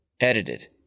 edited